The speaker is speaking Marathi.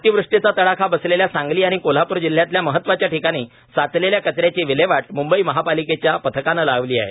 अतिवृष्टीचा तडाखा बसलेल्या सांगली आणि कोल्हापूर जिल्ह्यातल्या महत्वाच्या ठिकाणी साचलेल्या कचऱ्याची विल्हेवाट म्ंबई महापालिकेच्या पथकानं लावली आहे